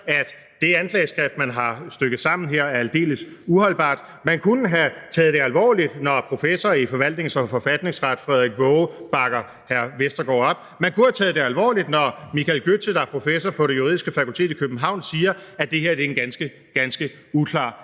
at det anklageskrift, man har strikket sammen her, er aldeles uholdbart; man kunne have taget det alvorligt, når professor i forvaltnings- og forfatningsret Frederik Waage bakker Jørn Vestergaard op; man kunne have taget det alvorligt, når Michael Gøtze, der er professor på Det Juridiske Fakultet i København, siger, at det her er en ganske, ganske uklar